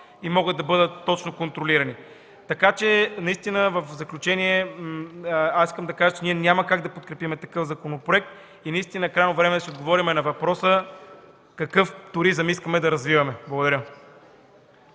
и могат да бъдат контролирани. В заключение аз искам да кажа, че ние няма как да подкрепим такъв законопроект. Наистина крайно време е да си отговорим на въпроса какъв туризъм искаме да развиваме. Благодаря.